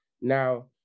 now